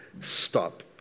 Stop